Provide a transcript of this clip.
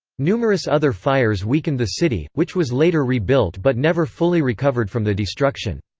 numerous other fires weakened the city, which was later rebuilt but never fully recovered from the destruction.